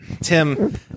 tim